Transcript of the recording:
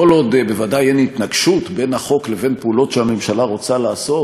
כל עוד אין התנגשות בין החוק לבין פעולות שהממשלה רוצה לעשות,